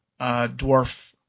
dwarf –